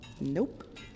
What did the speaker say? Nope